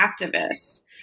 activists